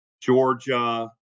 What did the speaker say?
Georgia